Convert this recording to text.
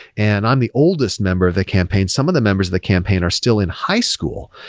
and i'm the oldest member of the campaign. some of the members of the campaign are still in high school,